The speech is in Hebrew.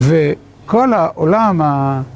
וכל העולם ה...